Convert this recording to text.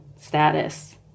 status